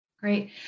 great